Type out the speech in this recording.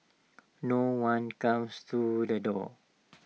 no one comes to the door